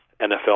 NFL